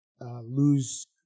lose